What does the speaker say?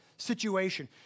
situation